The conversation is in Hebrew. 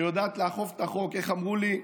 שיודעת לאכוף את החוק, איך אמרו לי?